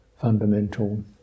fundamental